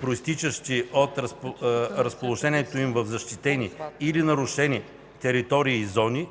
произтичащи от разположението им в защитени или нарушени територии и зони,